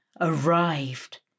arrived